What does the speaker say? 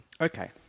Okay